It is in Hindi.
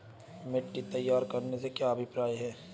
मिट्टी तैयार करने से क्या अभिप्राय है?